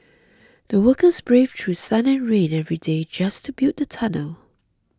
the workers braved through sun and rain every day just to build the tunnel